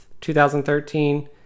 2013